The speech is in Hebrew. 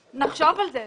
שנחשוב על זה.